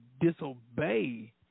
disobey